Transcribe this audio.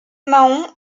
mahon